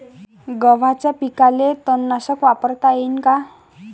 गव्हाच्या पिकाले तननाशक वापरता येईन का?